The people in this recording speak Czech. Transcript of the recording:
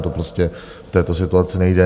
To prostě v této situaci nejde.